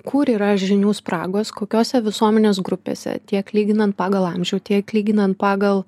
kur yra žinių spragos kokiose visuomenės grupėse tiek lyginant pagal amžių tiek lyginant pagal